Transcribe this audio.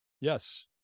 Yes